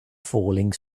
falling